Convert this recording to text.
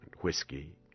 whiskey